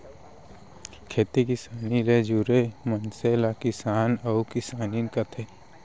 खेती किसानी ले जुरे मनसे ल किसान अउ किसानिन कथें